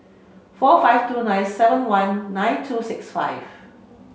four five two nine seven one nine two six five